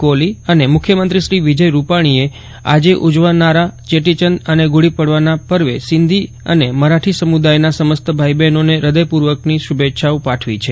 કો હલ અને મુખ્યમંત્રી શ્રી વિજય રૂપાજીએ આજે ઉજવાનારા ચેટીચંડ અને ગૂડી પડવાના પર્વે સિંધી અને મરાઠી સમુદાયના સમસ્ત ભાઈ બહેનોને હૃદયપૂર્વકની શુભેચ્છા પાઠવી છે